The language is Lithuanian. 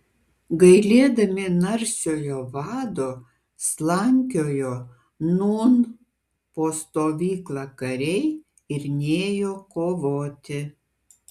gailėdami narsiojo vado slankiojo nūn po stovyklą kariai ir nėjo kovoti